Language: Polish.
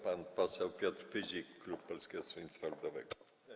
Pan poseł Piotr Pyzik, klub Polskiego Stronnictwa Ludowego.